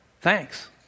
thanks